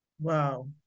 Wow